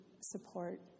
support